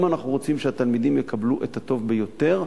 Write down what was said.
אם אנחנו רוצים שהתלמידים יקבלו את הטוב ביותר,